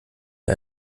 wir